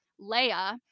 Leia